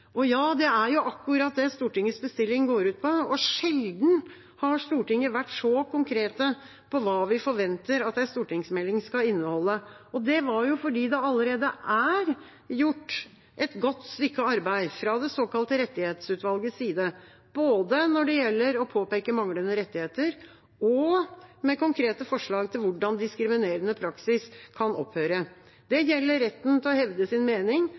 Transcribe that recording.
Ja, det er akkurat det Stortingets bestilling går ut på. Sjelden har Stortinget vært så konkret på hva vi forventer at en stortingsmelding skal inneholde. Det var fordi det allerede er gjort et godt stykke arbeid fra det såkalte rettighetsutvalgets side, både når det gjelder å påpeke manglende rettigheter og i form av konkrete forslag til hvordan diskriminerende praksis kan opphøre. Det gjelder retten til å hevde sin mening,